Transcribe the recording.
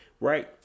right